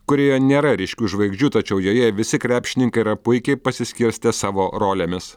kurioje nėra ryškių žvaigždžių tačiau joje visi krepšininkai yra puikiai pasiskirstę savo rolėmis